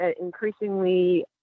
increasingly